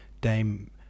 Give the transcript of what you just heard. Dame